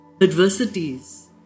adversities